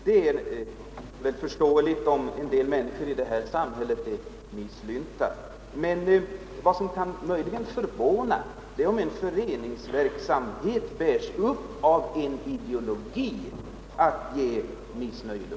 Det är förståeligt om en del människor i samhället är misslynta, men vad som förvånar är hur en föreningsverksamhet kan bäras upp av en ideologi att endast lufta missnöje.